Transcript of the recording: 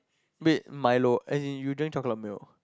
wait Milo as in you drink chocolate milk